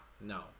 no